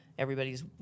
Everybody's